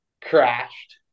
crashed